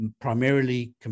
primarily